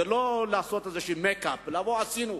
זה לא רק לעשות איזה מייק-אפ, כדי לומר שעשינו.